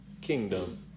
kingdom